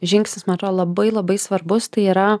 žingsnis man atrodo labai labai svarbus tai yra